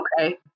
okay